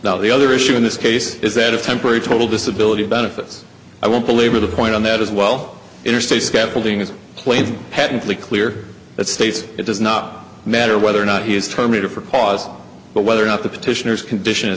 not the other issue in this case is that a temporary total disability benefits i won't belabor the point on that as well interstate scaffolding is plain patently clear that states it does not matter whether or not he is terminated for cause but whether or not the petitioner's condition